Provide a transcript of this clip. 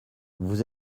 vous